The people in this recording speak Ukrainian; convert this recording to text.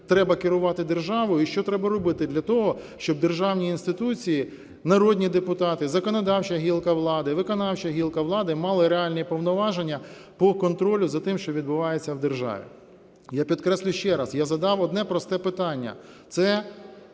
треба керувати державою і що треба робити для того, щоб державні інституції, народні депутати, законодавча гілка влади, виконавча гілка влади мали реальні повноваження по контролю за тим, що відбувається в державі. Я підкреслюю ще раз, я задав одне просте питання, це